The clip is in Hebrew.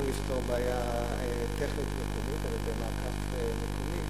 לפתור בעיה טכנית מקומית על-ידי מעקף מקומי,